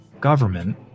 government